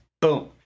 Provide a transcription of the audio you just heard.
Boom